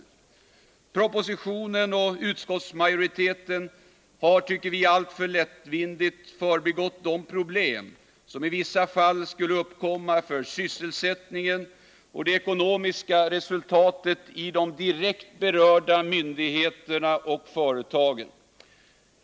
I propositionen och i utskottsmajoritetens skrivning har man enligt vår mening alltför lättvindigt förbigått de problem som i vissa fall skulle uppkomma för sysselsättningen och det ekonomiska resultatet i de direkt berörda myndigheterna och företagen.